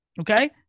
okay